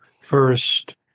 first